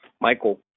Michael